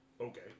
Okay